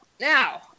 now